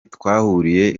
twahuriye